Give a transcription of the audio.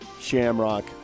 Shamrock